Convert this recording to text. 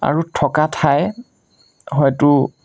আৰু থকা ঠাই হয়তো